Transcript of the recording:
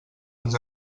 ens